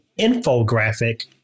infographic